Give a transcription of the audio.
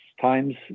times